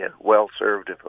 well-served